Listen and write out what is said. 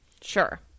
Sure